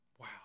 Wow